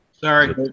Sorry